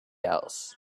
else